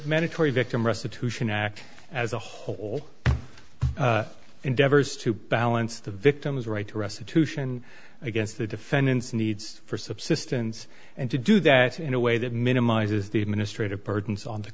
mandatory victim restitution act as a whole endeavor is to balance the victim's rights restitution against the defendant's needs for subsistence and to do that in a way that minimizes the administrative burdens on the